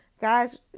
Guys